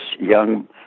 young